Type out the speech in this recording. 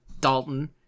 dalton